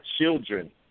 children